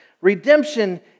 Redemption